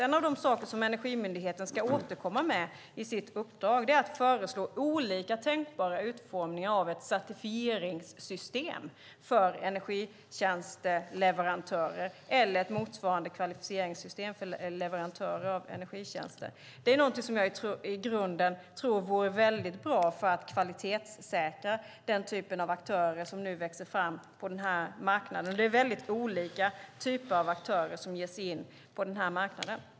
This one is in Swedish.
En av de saker som Energimyndigheten ska återkomma med i sitt uppdrag är att föreslå olika tänkbara utformningar av ett certifieringssystem för energitjänsteleverantörer eller ett motsvarande kvalificeringssystem för leverantörer av energitjänster. Det är någonting som jag tror vore bra i grunden för att kvalitetssäkra den typ av aktörer som nu växer fram på marknaden. Det är olika typer av aktörer som ger sig in på den.